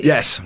Yes